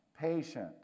patient